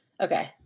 okay